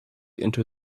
into